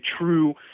true